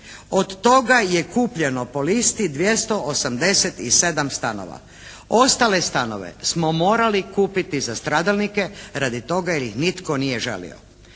Od toga je kupljeno po listi 287 stanova. Ostale stanove smo morali kupiti za stradalnike radi toga jer ih nitko nije žalio.